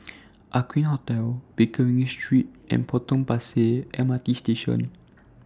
Aqueen Hotel Pickering Street and Potong Pasir M R T Station